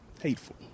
hateful